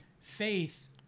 Faith